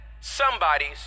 somebody's